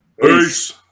Peace